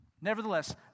Nevertheless